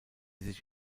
sich